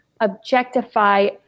objectify